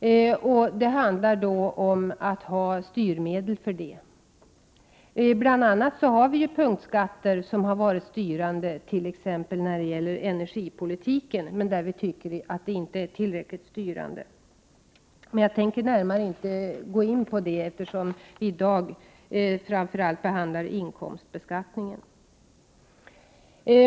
Det handlar då om att ha styrmedel för det. Bl.a. har punktskatter varit styrande t.ex. när det gäller energipolitiken, men de har inte varit tillräckligt styrande. Jag tänker inte gå närmare in på det, eftersom vi i dag framför allt behandlar inkomstbeskattningen.